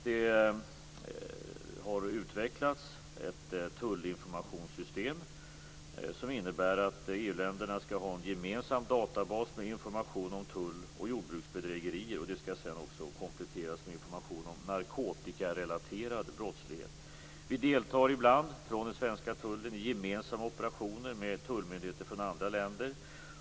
Det har utvecklats ett tullinformationssystem, som innebär att EU-länderna skall ha en gemensam databas med information om tull och jordbruksbedrägerier. Det skall senare kompletteras med information om narkotikarelaterad brottslighet. Den svenska tullen deltar ibland i gemensamma operationer med tullmyndigheter från andra länder.